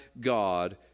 God